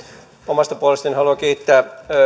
omasta puolestani haluan kiittää